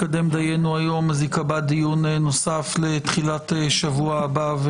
ייקבע דיון נוסף לתחילת שבוע הבא,